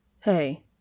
Hey